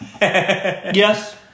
Yes